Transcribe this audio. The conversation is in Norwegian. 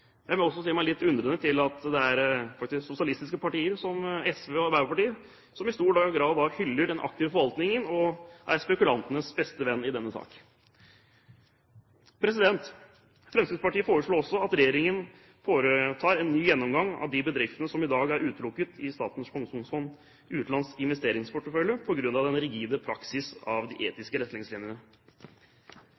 meg også litt undrende til at det faktisk er sosialistiske partier som SV og Arbeiderpartiet som i stor grad hyller den aktive forvaltningen og er spekulantenes beste venn i denne sak. Fremskrittspartiet foreslår også at regjeringen foretar en ny gjennomgang av de bedriftene som i dag er utelukket fra Statens pensjonsfond utlands investeringsportefølje på grunn av den rigide praksis av de